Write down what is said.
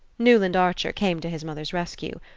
newland archer came to his mother's rescue.